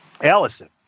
Allison